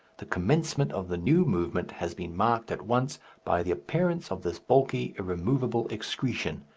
the commencement of the new movement has been marked at once by the appearance of this bulky irremovable excretion,